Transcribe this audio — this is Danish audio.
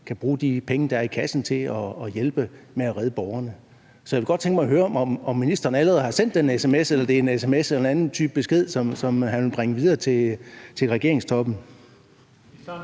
kan bruge de penge, der er i kassen, til at hjælpe med at redde borgerne. Så jeg kunne godt tænke mig at høre, om ministeren allerede har sendt den sms, eller om det er en sms eller anden type besked, som han vil bringe videre til regeringstoppen?